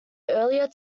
earlier